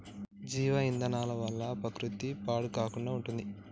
జీవ ఇంధనాల వల్ల ప్రకృతి పాడు కాకుండా ఉంటుంది